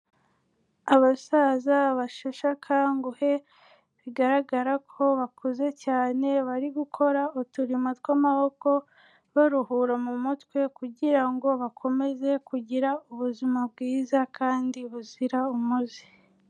Abasaza bashesheguhe, bigaragara ko bakuze cyane, bari gukora uturimo tw'amaboko, baruhura mu mutwe kugira ngo bakomeze kugira ubuzima bwiza kandi buzira umuze.